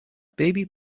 baby